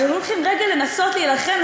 הם היו לוקחים רגע לנסות להילחם,